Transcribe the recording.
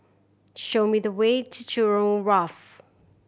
show me the way to Jurong Wharf